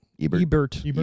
Ebert